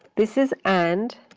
this is and,